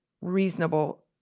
reasonable